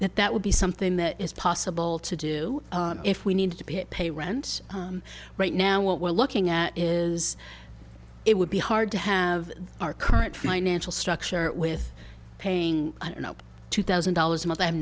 that that would be something that is possible to do if we need to pay rent right now what we're looking at is it would be hard to have our current financial structure with paying and up two thousand dollars a month i have